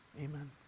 Amen